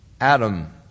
Adam